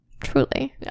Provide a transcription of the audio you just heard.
truly